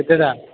କେତେଟା